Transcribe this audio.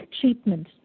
treatment